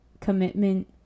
commitment